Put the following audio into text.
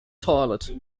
toilet